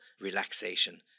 relaxation